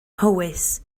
mhowys